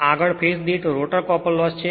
આગળ ફેજ દીઠ rotor copper loss છે